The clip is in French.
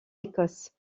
écosse